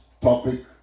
topic